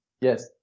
Yes